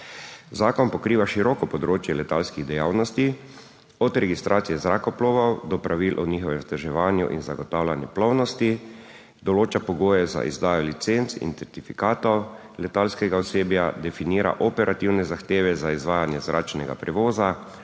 Zakon pokriva široko področje letalskih dejavnosti, od registracije zrakoplovov do pravil o njihovem vzdrževanju in zagotavljanju plovnosti, določa pogoje za izdajo licenc in certifikatov letalskega osebja, definira operativne zahteve za izvajanje zračnega prevoza,